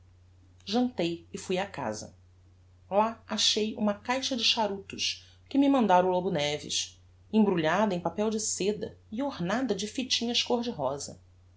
jantei e fui á casa lá achei uma caixa de charutos que me mandára o lobo neves embrulhada em papel de seda e ornada de fitinhas côr de rosa